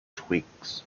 twigs